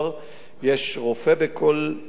יש רופא בכל כלא,